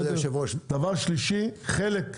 דבר שלישי, חלק,